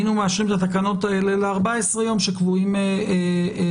היינו מאשרים את התקנות האלה ל-14 יום שקבועים בחוק,